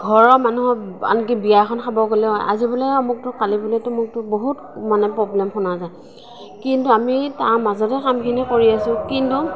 ঘৰৰ মানুহক আনকি বিয়া এখন খাব গ'লেও আজি বোলে অমুকটো কালি বোলে তমুকটো বহুত মানে পবলেম শুনা যায় কিন্তু আমি তাৰ মাজতে কামখিনি কৰি আছোঁ কিন্তু